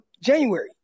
January